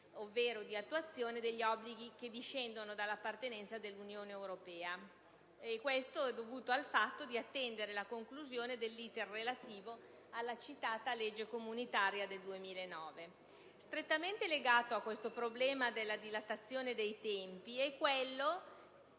ovvero di attuazione degli obblighi che discendono dall'appartenenza all'Unione europea. Questo è dovuto al fatto di attendere la conclusione dell'*iter* relativo alla citata legge comunitaria del 2009. Strettamente legato al problema della dilatazione dei tempi è quello,